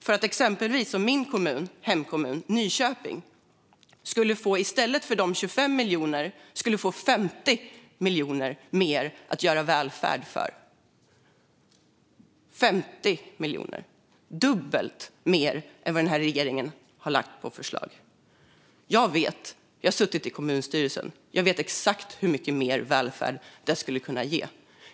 I stället för 25 miljoner skulle exempelvis min hemkommun Nyköping få 50 miljoner mer att göra välfärd för, dubbelt så mycket som regeringen har lagt som förslag. Jag vet, för jag har suttit i kommunstyrelsen. Jag vet exakt hur mycket mer välfärd det skulle kunna ge.